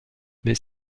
mais